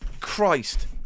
Christ